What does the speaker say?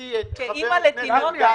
גייסתי את חבר הכנסת גפני.